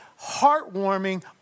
heartwarming